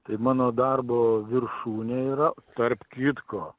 tai mano darbo viršūnė yra tarp kitko